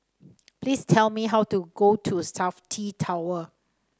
please tell me how to go to Safti Tower